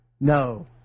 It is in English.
No